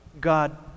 God